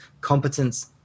competence